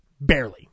Barely